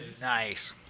Nice